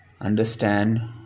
understand